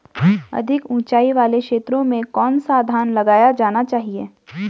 अधिक उँचाई वाले क्षेत्रों में कौन सा धान लगाया जाना चाहिए?